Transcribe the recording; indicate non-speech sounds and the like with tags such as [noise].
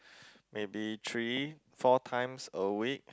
[breath] maybe three four times a week